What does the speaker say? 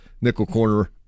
nickel-corner